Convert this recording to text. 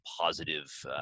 positive